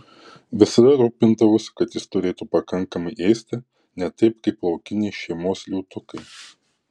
visada rūpindavausi kad jis turėtų pakankamai ėsti ne taip kaip laukiniai šeimos liūtukai